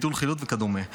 ביטול חילוט וכדומה.